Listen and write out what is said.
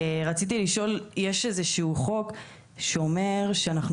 רציתי לשאול: יש איזשהו חוק שאומר שאנחנו